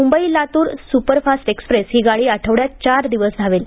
Mumbai Latur superfast express ही गाड़ी आठवड्यात चार दिवस धावेल